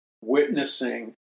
witnessing